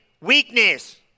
weakness